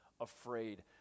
afraid